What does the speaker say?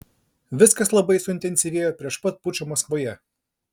viskas labai suintensyvėjo prieš pat pučą maskvoje